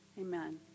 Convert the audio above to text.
Amen